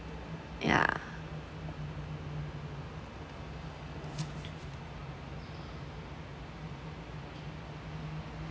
yeah